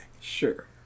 Sure